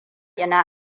ina